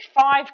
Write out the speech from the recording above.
five